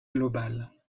global